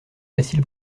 facile